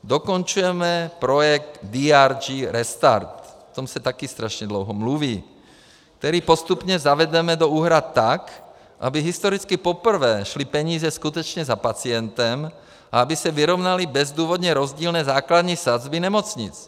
Dokončujeme projekt DRG Restart, o tom se také strašně dlouho mluví, který postupně zavedeme do úhrad tak, aby historicky poprvé šly peníze skutečně za pacientem a aby se vyrovnaly bezdůvodně rozdílné základní sazby nemocnic.